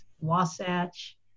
Wasatch